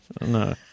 No